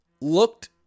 looked